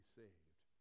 saved